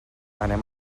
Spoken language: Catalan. anem